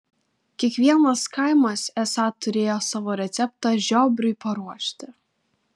kiekvienas kaimas esą turėjo savo receptą žiobriui paruošti